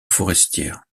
forestière